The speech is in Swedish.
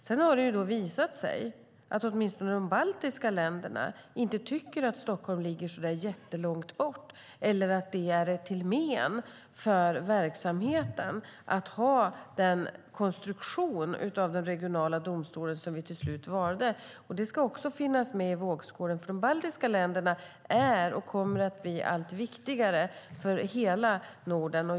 Det har även visat sig att åtminstone de baltiska länderna inte tycker att Stockholm ligger jättelångt bort eller att det är till men för verksamheten att ha den konstruktion av den regionala domstolen som vi till slut valde. Det ska också finnas med i vågskålen, för de baltiska länderna är viktiga och kommer att bli allt viktigare för hela Norden.